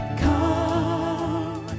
come